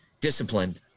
disciplined